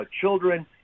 children